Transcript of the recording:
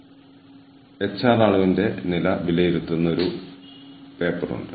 കൂടാതെ Cramer Robin Cramer എഴുതിയ മറ്റൊരു പേപ്പറുമുണ്ട്